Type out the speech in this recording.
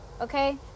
okay